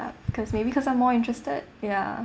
because maybe because I'm more interested ya